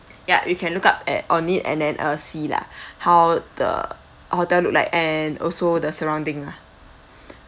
ya you can look up at on it and then uh see lah how the hotel look like and also the surrounding lah